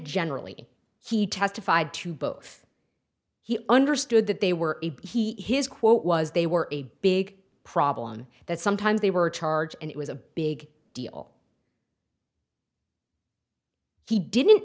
generally he testified to both he understood that they were he his quote was they were a big problem and that sometimes they were charged and it was a big deal he didn't